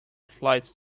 flights